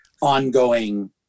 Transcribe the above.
ongoing